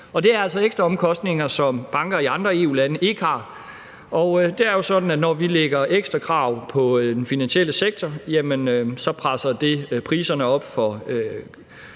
altså ekstra omkostninger, som banker i andre EU-lande ikke har, og det er jo sådan, at når vi stiller ekstra krav til den finansielle sektor, presser det priserne op for